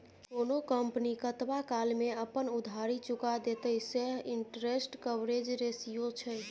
कोनो कंपनी कतबा काल मे अपन उधारी चुका देतेय सैह इंटरेस्ट कवरेज रेशियो छै